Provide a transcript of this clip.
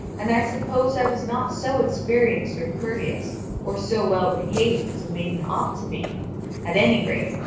and i suppose i was not so experienced or courteous or so well behaved as a maiden ought to be at any rate,